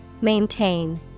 Maintain